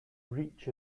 reach